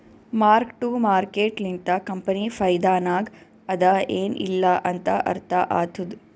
mark to market ಲಿಂತ company ಫೈದಾನಾಗ್ ಅದಾ ಎನ್ ಇಲ್ಲಾ ಅಂತ ಅರ್ಥ ಆತ್ತುದ್